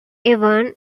avenue